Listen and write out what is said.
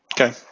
Okay